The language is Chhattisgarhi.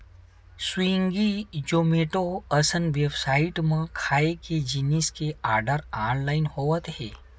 स्वीगी, जोमेटो असन बेबसाइट म खाए के जिनिस के आरडर ऑनलाइन होवत हे